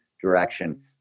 direction